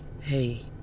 Hey